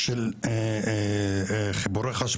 תנו לי תמונת מצב כי אני במקרה הזה הייתי שותף